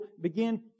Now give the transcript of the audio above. begin